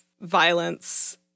violence